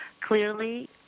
clearly